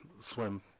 swim